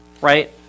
right